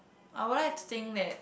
I would like to think that